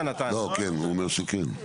כן, הוא אומר שכן.